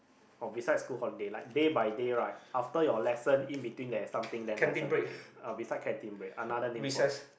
oh beside school holiday like day by day right after your lesson in between there's something then lesson again uh beside canteen break another name for it